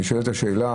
נשאלת השאלה,